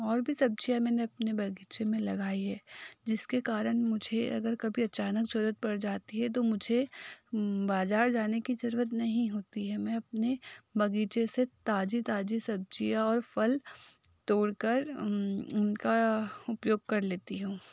और भी सब्ज़ियाँ मैंने अपने बगीचे में लगाई है जिसके कारण मुझे अगर कभी अचानक जरूरत पर जाती है तो मुझे बाज़ार जाने की ज़रूरत नहीं होती है मैं अपने बगीचे से ताज़ी ताज़ी सब्ज़ियाँ और फल तोड़ कर उनका उपयोग कर लेती हूँ